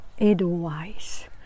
advice